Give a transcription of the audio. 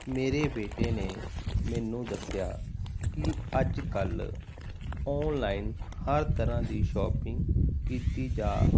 ਮੇਰੇ ਬੇਟੇ ਨੇ ਮੈਨੂੰ ਦੱਸਿਆ ਕਿ ਅੱਜ ਕੱਲ੍ਹ ਔਨਲਾਈਨ ਹਰ ਤਰ੍ਹਾਂ ਦੀ ਸ਼ੋਪਿੰਗ ਕੀਤੀ ਜਾ